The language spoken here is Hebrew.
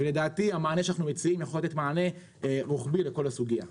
ולדעתי המענה שאנחנו מציעים יכול להיות מענה רוחבי לכל הסוגיה כאן.